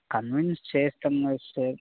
convince చేస్తాం కదా sir